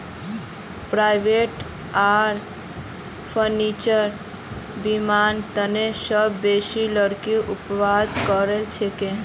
plywood आर furniture बनव्वार तने सबसे बेसी लकड़ी उत्पादन कराल जाछेक